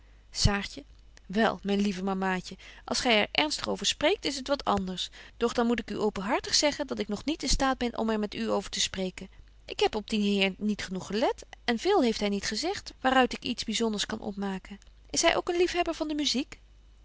saartje wel myne lieve mamaatje als gy er ernstig over spreekt is t wat anders doch dan moet ik u openhartig zeggen dat ik nog niet in staat ben om er met u over te spreken ik heb op dien heer niet genoeg gelet en veel heeft hy niet gezegt waar uit ik iets byzonders kan opmaken is hy ook een liefhebber van de muziek